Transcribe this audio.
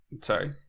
Sorry